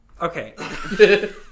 Okay